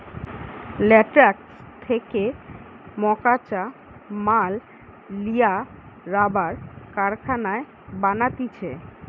latex থেকে মকাঁচা মাল লিয়া রাবার কারখানায় বানাতিছে